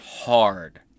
Hard